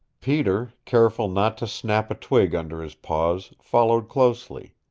peter, careful not to snap a twig under his paws, followed closely.